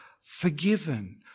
forgiven